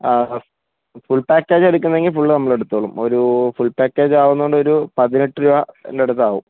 ആ ഫുൾ പാക്കേജാണ് എടുക്കുന്നത് എങ്കിൽ ഫുൾ നമ്മൾ എടുത്തുകൊള്ളും ഒരു ഫുൾ പാക്കേജാകുന്നു എന്ന് പറഞ്ഞാൽ ഒരു പതിനെട്ട് രൂപയുടെ അടുത്താകും